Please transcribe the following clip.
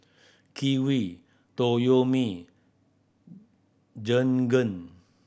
Kiwi Toyomi Jergen